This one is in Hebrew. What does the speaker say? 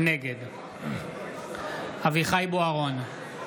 נגד אביחי אברהם בוארון,